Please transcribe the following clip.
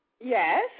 Yes